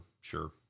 Sure